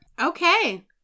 okay